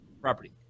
property